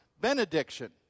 benediction